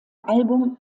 album